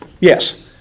Yes